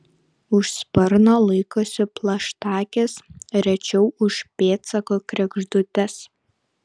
už sparno laikosi plaštakės rečiau už pėdsako kregždutės